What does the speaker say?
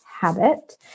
habit